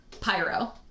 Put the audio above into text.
Pyro